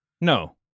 No